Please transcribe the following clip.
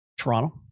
Toronto